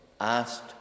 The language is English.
asked